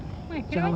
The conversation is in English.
oh my god